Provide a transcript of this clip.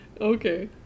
Okay